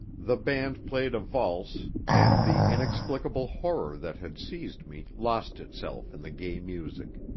the band played a valse, and the inexplicable horror that had seized me lost itself in the gay music.